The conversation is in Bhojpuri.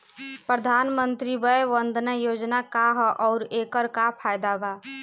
प्रधानमंत्री वय वन्दना योजना का ह आउर एकर का फायदा बा?